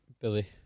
Billy